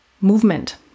movement